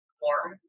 form